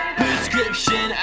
prescription